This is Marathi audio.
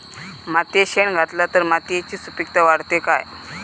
मातयेत शेण घातला तर मातयेची सुपीकता वाढते काय?